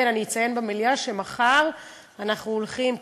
אציין במליאה שמחר אנחנו הולכים,